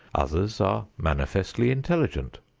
others are manifestly intelligent.